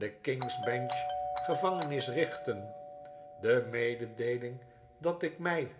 de kings bench gevangenis richten de mededeeling dat ik mij